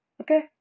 okay